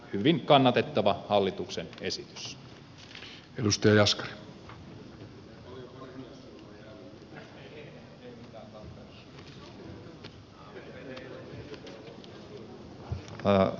hyvin kannatettava hallituksen esitys